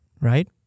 right